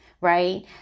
right